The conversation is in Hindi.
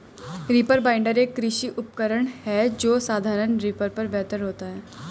रीपर बाइंडर, एक कृषि उपकरण है जो साधारण रीपर पर बेहतर होता है